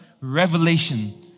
revelation